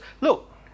look